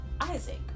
Isaac